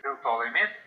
dėl to laimėti